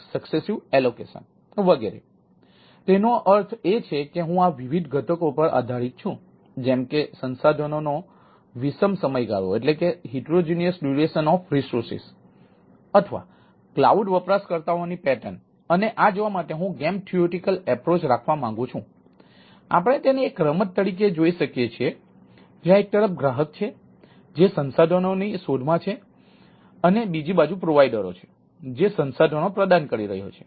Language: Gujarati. તો તેનો અર્થ એ છે કે હું આ વિવિધ ઘટકો પર આધારિત છું જેમ કે સંસાધનોનો વિષમ સમયગાળો છે